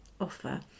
offer